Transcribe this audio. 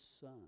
son